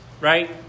right